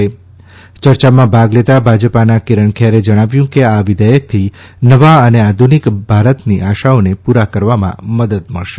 યર્યામાં ભાગ લેતાં ભાજપાના કીરણ બેરે જણાવ્યું કે આ વિઘેયકથી નવા અને આધુનિક ભારતની આશાઓને પૂરા કરવામાં મદદ મળશે